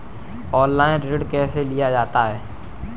Online ऋण कैसे लिया जाता है?